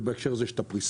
ובהקשר הזה יש את הפריסה.